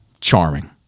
charming